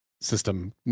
system